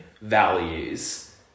values